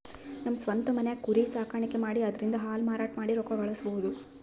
ನಮ್ ಸ್ವಂತ್ ಮನ್ಯಾಗೆ ಕುರಿ ಸಾಕಾಣಿಕೆ ಮಾಡಿ ಅದ್ರಿಂದಾ ಹಾಲ್ ಮಾರಾಟ ಮಾಡಿ ರೊಕ್ಕ ಗಳಸಬಹುದ್